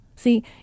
See